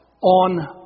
on